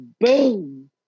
boom